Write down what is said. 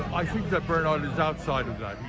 i think that bernard and is outside of that,